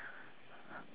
ya